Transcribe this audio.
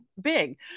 big